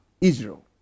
Israel